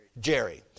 Jerry